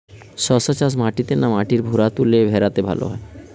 শশা চাষ মাটিতে না মাটির ভুরাতুলে ভেরাতে ভালো হয়?